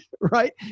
right